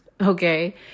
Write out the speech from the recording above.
Okay